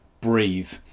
breathe